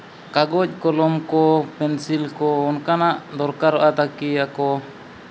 ᱠᱟᱜᱚᱡᱽ ᱠᱚᱞᱚᱢ ᱠᱚ ᱯᱮᱱᱥᱤᱞ ᱠᱚ ᱚᱱᱠᱟᱱᱟᱜ ᱫᱚᱨᱠᱟᱨᱚᱜᱼᱟ ᱛᱟᱹᱠᱤ ᱟᱠᱚ